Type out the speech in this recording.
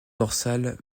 dorsale